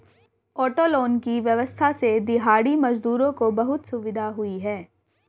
auto loan की व्यवस्था से दिहाड़ी मजदूरों को बहुत सुविधा हुई है